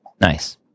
Nice